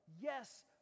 Yes